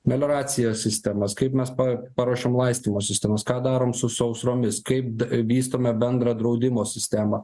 melioracijos sistemas kaip mes pa paruošėm laistymo sistemas ką darom su sausromis kaip da vystome bendrą draudimo sistemą